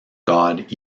god